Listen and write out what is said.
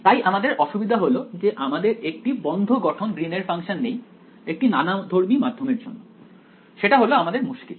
তাই আমাদের অসুবিধা হলো যে আমাদের একটি বন্ধ গঠন গ্রীন এর ফাংশন নেই একটি নানাধর্মী মাধ্যমের জন্য সেটা হলো আমাদের মুশকিল